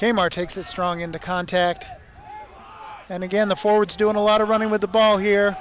kmart takes a strong in the contact and again the forwards doing a lot of running with the ball here